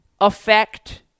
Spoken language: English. affect